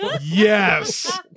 Yes